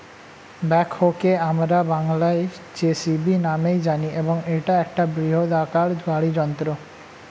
ব্যাকহোকে আমরা বংলায় জে.সি.বি নামেই জানি এবং এটা একটা বৃহদাকার গাড়ি যন্ত্র